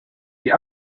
die